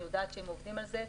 אני יודעת שהם עובדים על זה.